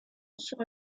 sur